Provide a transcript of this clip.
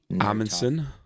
Amundsen